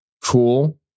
cool